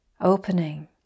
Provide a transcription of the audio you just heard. opening